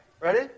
Ready